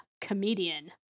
comedian